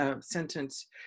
sentence